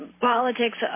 Politics